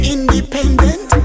Independent